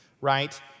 right